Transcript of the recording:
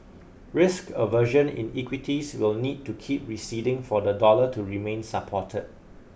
risk aversion in equities will need to keep receding for the dollar to remain support